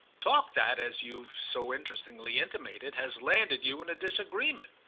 talk that, as you've so interestingly intimated, has landed you in a disagreement.